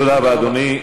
תודה רבה, אדוני.